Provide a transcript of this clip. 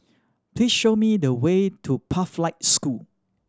please show me the way to Pathlight School